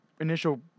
initial